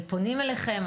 פונים אליכם?